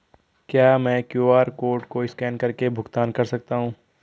क्या मैं QR code को स्कैन करके भुगतान कर सकता हूं?